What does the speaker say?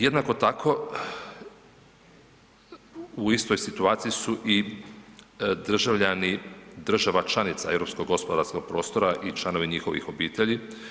Jednako tako, u istoj situaciji su i državljani država članica europskog gospodarskog prostora i članovi njihovih obitelji.